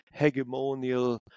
hegemonial